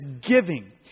giving